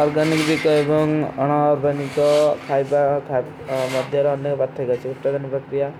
ଅର୍ଗାନିକ ଵିକ ଏବଂଗ ଅନାଵନିକ ଖାଈବା ଖାଈବା ମାଧେର ଅନନେ କା ବାତ ଥେଗା ଚେକ। ଉତ୍ପଗାନିକ ଵ୍ଯାଖ୍ଯାନ,